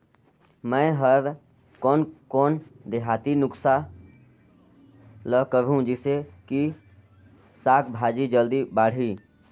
मै हर कोन कोन देहाती नुस्खा ल करहूं? जिसे कि साक भाजी जल्दी बाड़ही?